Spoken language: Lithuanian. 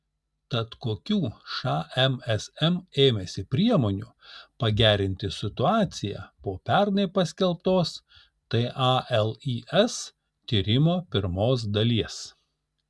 tad kokių šmsm ėmėsi priemonių pagerinti situaciją po pernai paskelbtos talis tyrimo pirmos dalies